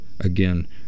Again